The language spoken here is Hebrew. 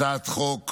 הצעת חוק